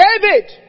David